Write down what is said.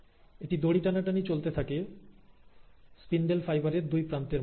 এখানে দড়ি টানাটানি চলতে থাকে স্পিন্ডেল ফাইবারের দুটি প্রান্তের মধ্যে